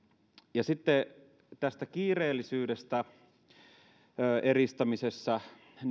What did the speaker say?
sitten tästä kiireellisyydestä eristämisessä